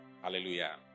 Hallelujah